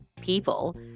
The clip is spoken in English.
people